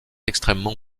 extrêmement